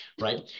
right